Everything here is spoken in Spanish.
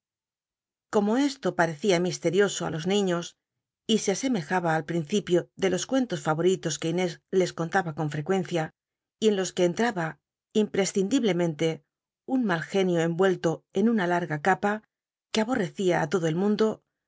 como esto parecía mistcl'ioso los niiíos y se asemejaba al principio de los cuentos favol'itos quo inés les cont tba con frecuencia y en los que entraba imprescindiblemente un mal genio enl'llello en una larga c pa que aborrecía á todo el mundo